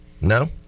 No